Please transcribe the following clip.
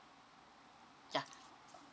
ya